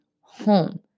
home